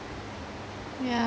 yeah